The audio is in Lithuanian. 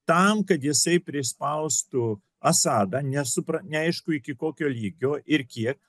tam kad jisai prispaustų asadą nesupra neaišku iki kokio lygio ir kiek